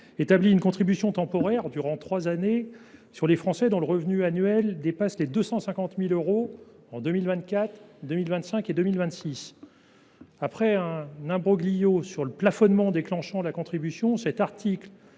ans une contribution temporaire sur les Français dont le revenu annuel dépasse 250 000 euros en 2024, 2025 et 2026. Après un imbroglio sur le plafonnement déclenchant la contribution, cet article